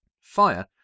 Fire